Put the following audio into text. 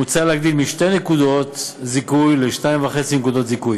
מוצע להגדיל מ-2 נקודות זיכוי ל-2.5 נקודות זיכוי.